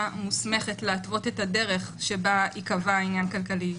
מוסמכת להתוות את הדרך שבה ייקבע עניין כלכלי.